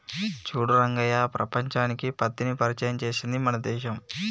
చూడు రంగయ్య ప్రపంచానికి పత్తిని పరిచయం చేసింది మన దేశం